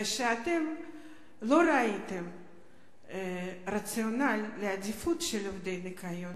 ושאתם לא ראיתם רציונל לעדיפות של עובדי הניקיון,